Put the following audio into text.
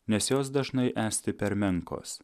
nes jos dažnai esti per menkos